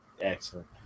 excellent